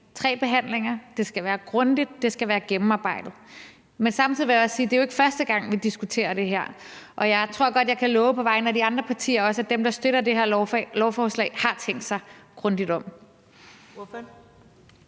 tre behandlinger. Det skal være grundigt, og det skal være gennemarbejdet. Samtidig vil jeg også sige, at det jo ikke er første gang, vi diskuterer det her, og jeg tror godt, at jeg på vegne af de andre partier, der støtter det her lovforslag, kan love, at de har tænkt sig grundigt om.